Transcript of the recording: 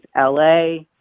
LA